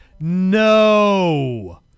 No